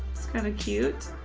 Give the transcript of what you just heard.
it's kind of cute.